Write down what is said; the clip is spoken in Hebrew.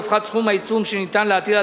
הופחת סכום העיצום שאפשר להטיל על